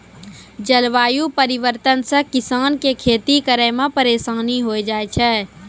जलवायु परिवर्तन से किसान के खेती करै मे परिसानी होय जाय छै